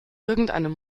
irgendeinem